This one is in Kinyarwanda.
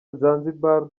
zanzibar